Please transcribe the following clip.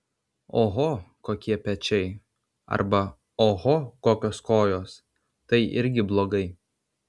oho kokie pečiai arba oho kokios kojos tai irgi blogai